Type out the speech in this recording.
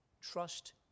trust